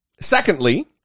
secondly